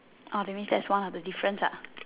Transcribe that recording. orh that means that's one of the difference ah